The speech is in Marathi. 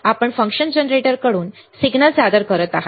आपण फंक्शन जनरेटरकडून सिग्नल सादर करत आहात